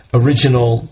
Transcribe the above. original